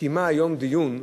קיימה היום דיון,